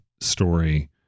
story